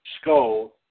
Skull